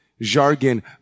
jargon